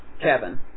Kevin